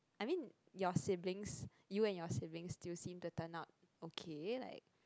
I mean your siblings you and your siblings still seem to turn out okay like